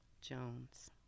Jones